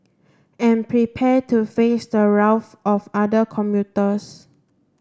and prepare to face the wrath of other commuters